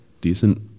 decent